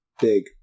big